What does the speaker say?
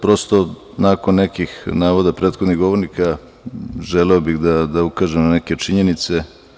Prosto, nakon nekih navoda prethodnih govornika želeo bih da ukažem na neke činjenice.